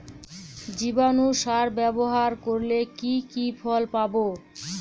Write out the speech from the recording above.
জীবাণু সার ব্যাবহার করলে কি কি ফল পাবো?